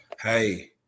Hey